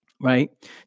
Right